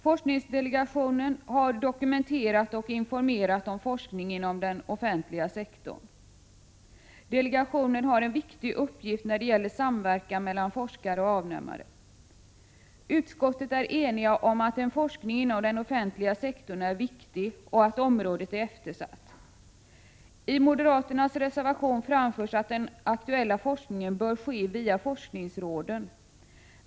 Forskningsdelegationen har dokumenterat och informerat om forskningen inom den offentliga sektorn. Delegationen har en viktig uppgift när det gäller 59 samverkan mellan forskare och avnämare. Utskottet är enigt om att en forskning inom den offentliga sektorn är viktig och att området är eftersatt. I moderaternas reservation framförs att den aktuella forskningen bör ske via forskningsråden.